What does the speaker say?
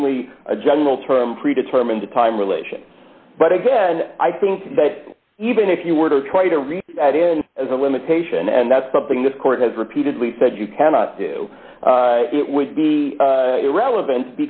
only a general term pre determined time relation but again i think that even if you were to try to read that in as a limitation and that's something this court has repeatedly said you cannot do it would be irrelevant